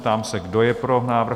Ptám se, kdo je pro návrh?